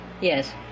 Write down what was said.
Yes